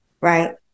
right